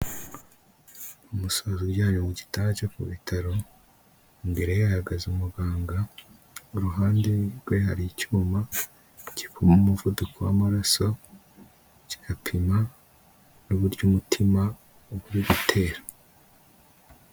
Umusaza uryamye mu gitanda cyo ku bitaro, imbere ye hahagaze umuganga, iruhande rwe hari icyuma gipima umuvuduko w'amaraso, kigapima n'uburyo umutima uba uri gutera.